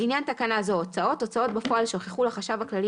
"(ב) לעניין תקנה זו - "הוצאות" - הוצאות בפועל שהוכחו לחשב הכללי